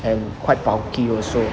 and quite bulky also